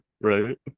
Right